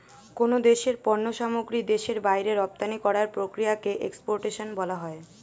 কোন দেশের পণ্য সামগ্রী দেশের বাইরে রপ্তানি করার প্রক্রিয়াকে এক্সপোর্টেশন বলা হয়